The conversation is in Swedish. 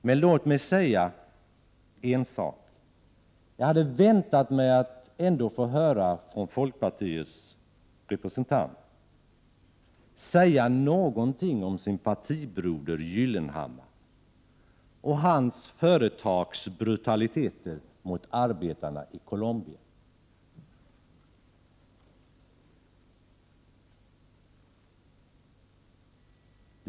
Men låt mig säga en sak: Jag hade väntat mig att få höra folkpartiets representant säga någonting också om sin partibroder Gyllenhammar och dennes företags brutaliteter mot arbetarna i Colombia.